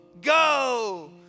go